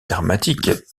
dramatique